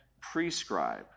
prescribe